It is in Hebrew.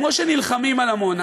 כמו שנלחמים על עמונה,